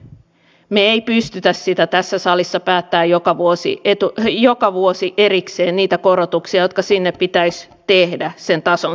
me emme pysty tässä salissa päättämään joka vuosi erikseen niitä korotuksia jotka sinne pitäisi tehdä sen tason säilyttämiseksi